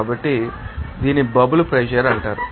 కాబట్టి దీనిని bubble pressure అంటారు